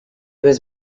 was